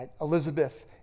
Elizabeth